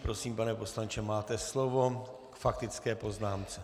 Prosím, pane poslanče, máte slovo k faktické poznámce.